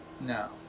No